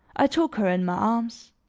i took her in my arms.